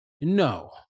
no